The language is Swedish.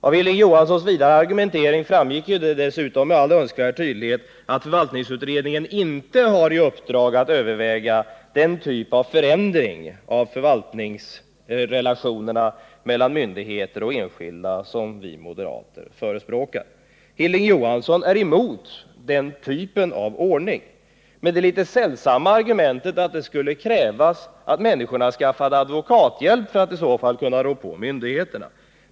Av Hilding Johanssons vidare argumentering framgick det med all önskvärd tydlighet att förvaltningsutredningen inte har i uppdrag att överväga den typ av förändring av förvaltningsrelationerna mellan myndigheter och enskilda som vi moderater förespråkar. Hilding Johansson är emot denna typ av ordning med det litet sällsamma argumentet att det skulle krävas att människorna skaffade advokathjälp för att kunna rå på myndigheterna.